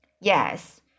Yes